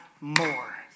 more